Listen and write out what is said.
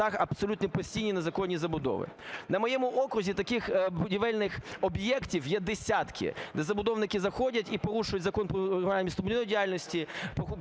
абсолютно постійні незаконні забудови. На моєму окрузі таких будівельних об'єктів є десятки, де забудовники заходять і порушують Закон "Про регулювання містобудівної діяльності",